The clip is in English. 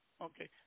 Okay